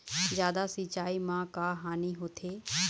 जादा सिचाई म का हानी होथे?